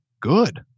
good